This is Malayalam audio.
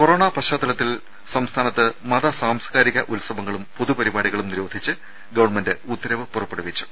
കൊറോണ പശ്ചാത്തലത്തിൽ സംസ്ഥാനത്ത് മത സാംസ്കാരിക ഉത്സവങ്ങളും പൊതുപരിപാടികളും നിരോധിച്ച് ഗവൺമെന്റ് ഉത്തരവ് പുറപ്പെടുവിച്ചു